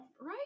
Right